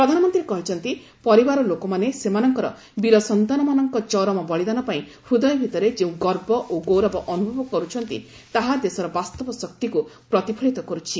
ପ୍ରଧାନମନ୍ତ୍ରୀ କହିଛନ୍ତି ପରିବାର ଲୋକମାନେ ସେମାନଙ୍କର ବୀର ସନ୍ତାନମାନଙ୍କ ଚରମ ବଳିଦାନ ପାଇଁ ହୃଦୟ ଭିତରେ ଯେଉଁ ଗର୍ବ ଓ ଗୌରବ ଅନୁଭବ କରୁଛନ୍ତି ତାହା ଦେଶର ବାସ୍ତବ ଶକ୍ତିକୁ ପ୍ରତିଫଳିତ କର୍ୁଛି